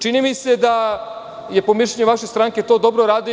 Čini mi se da je, po mišljenju vaše stranke, to dobro radio.